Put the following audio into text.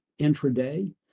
intraday